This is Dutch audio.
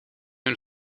hun